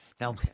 Now